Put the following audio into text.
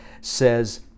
says